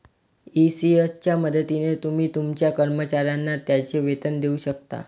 ECS च्या मदतीने तुम्ही तुमच्या कर्मचाऱ्यांना त्यांचे वेतन देऊ शकता